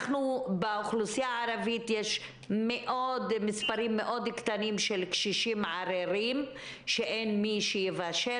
באוכלוסייה הערבית מספר הקשישים העריריים שאין מי שיבשל